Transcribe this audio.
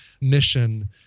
mission